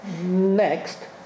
next